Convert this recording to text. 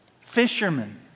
Fishermen